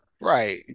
Right